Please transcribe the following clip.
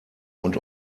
und